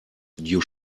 you